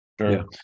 Sure